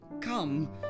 Come